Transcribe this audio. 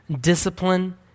discipline